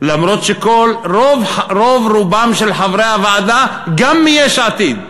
למרות שרוב רובם של חברי הוועדה, גם מיש עתיד,